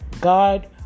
God